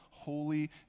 holy